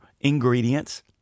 ingredients